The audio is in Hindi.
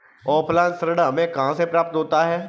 ऑफलाइन ऋण हमें कहां से प्राप्त होता है?